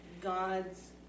God's